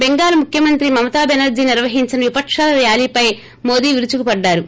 బెంగాల్ ముఖ్యమంత్రి మమతా బెనర్దీ నిర్వహించిన విపకాల ర్యాలీపై మోదీ విరుచుకుపడ్డారు